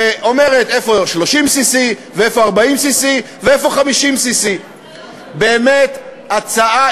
שאומרת איפה 30cc ואיפה 40cc ואיפה 50cc. באמת הצעה,